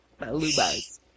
Balubas